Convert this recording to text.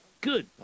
good